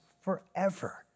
forever